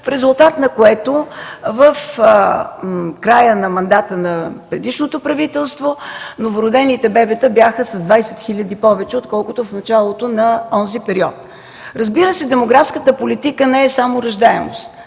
в резултат на което в края на мандата на предишното правителство новородените бебета бяха с 20 хиляди повече, отколкото в началото на този период. Разбира се, демографската политика не е само раждаемост,